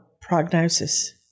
prognosis